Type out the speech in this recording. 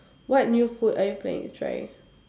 what new food are you planning to try